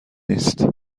نیست